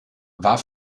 war